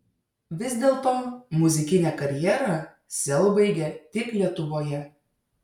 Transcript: vis dėlto muzikinę karjerą sel baigia tik lietuvoje